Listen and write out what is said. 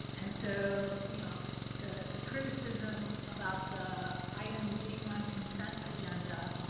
and so you know the the criticism about the item being on consent agenda,